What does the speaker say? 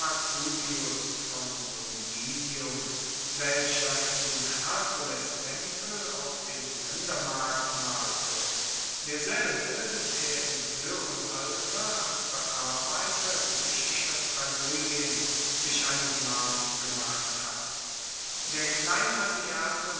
brundisium welcher in dem herkulestempel auf dem rindermarkt malte derselbe der im hoeheren alter als bearbeiter griechischer tragoedien sich einen namen gemacht hat der